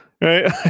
right